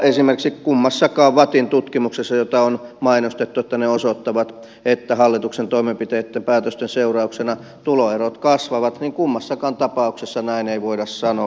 esimerkiksi kummankaan vattin tutkimuksen joiden on mainostettu osoittavan että hallituksen toimenpiteitten ja päätösten seurauksena tuloerot kapenevat perusteella näin ei voida sanoa